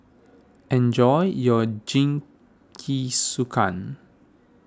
enjoy your Jingisukan